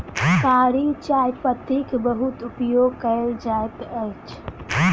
कारी चाह पत्तीक बहुत उपयोग कयल जाइत अछि